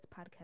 podcast